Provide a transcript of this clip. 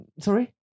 Sorry